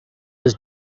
was